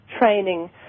training